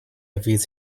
erwies